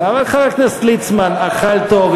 אבל חבר הכנסת ליצמן אכל טוב,